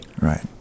right